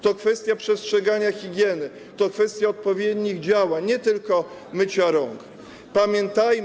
To kwestia przestrzegania higieny, to kwestia odpowiednich działań, nie tylko mycia rąk.